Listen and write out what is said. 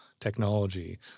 technology